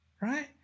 Right